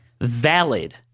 valid